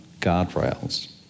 guardrails